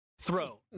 throw